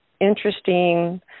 interesting